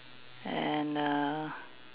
and err